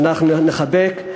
שאנחנו נחבק,